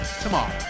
tomorrow